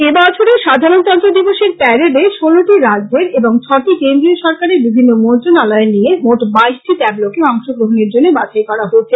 এবছরের সাধারণতন্ত্র দিবসের প্যারেডে ষোলটি রাজ্যের এবং ছটি কেন্দ্রীয় সরকারের বিভিন্ন মন্ত্রণালয়ের নিয়ে মোট বাইশটি ট্যাবলোকে অংশগ্রহণের জন্য বাছাই করা হয়েছে